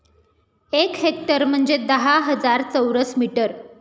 एक हेक्टर म्हणजे दहा हजार चौरस मीटर